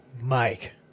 mike